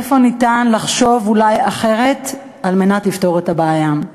איפה ניתן לחשוב אולי אחרת על מנת לפתור את הבעיה.